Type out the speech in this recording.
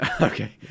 Okay